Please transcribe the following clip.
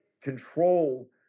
control